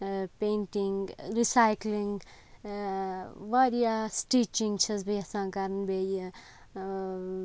painting recycling واریاہ stitching چھَس بہٕ یَژھان کَرٕنۍ بیٚیہِ